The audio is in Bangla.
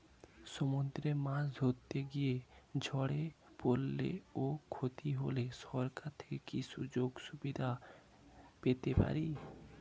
সমুদ্রে মাছ ধরতে গিয়ে ঝড়ে পরলে ও ক্ষতি হলে সরকার থেকে কি সুযোগ সুবিধা পেতে পারি?